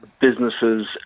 businesses